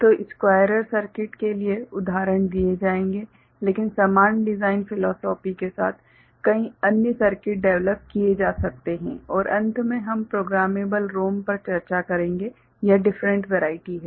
तो squarer circuit के लिए उदाहरण दिए जाएंगे लेकिन समान डिज़ाइन फ़िलॉसफ़ी के साथ कई अन्य सर्किट डेवलप किए जा सकते हैं और अंत में हम प्रोग्रामेबल रोम पर चर्चा करेंगे यह डिफरेंट वेराइटी हैं